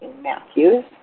Matthews